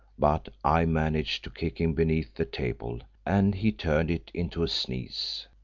but i managed to kick him beneath the table and he turned it into a sneeze.